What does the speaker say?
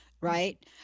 right